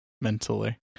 mentally